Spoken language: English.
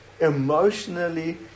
emotionally